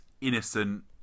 innocent